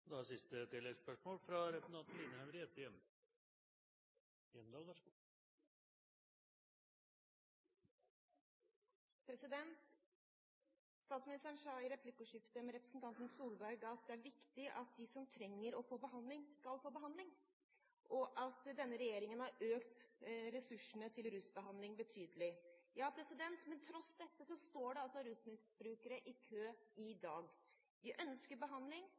Line Henriette Hjemdal – til siste oppfølgingsspørsmål. Statsministeren sa i replikkordskiftet med representanten Solberg at det er viktig at de som trenger å få behandling, skal få behandling, og at denne regjeringen har økt ressursene til rusbehandling betydelig. Ja, men til tross for dette står det altså rusmisbrukere i kø i dag. De ønsker behandling,